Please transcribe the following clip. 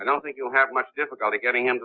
i don't think you'll have much difficulty getting him